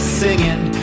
singing